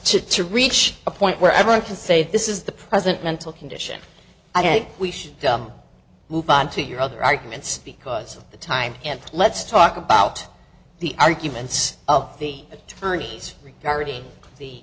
to to reach a point where everyone can say this is the present mental condition i think we should move on to your other arguments because the time and let's talk about the arguments of the attorneys regarding the